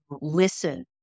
listen